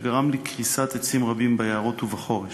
שגרם לקריסת עצים רבים ביערות ובחורש.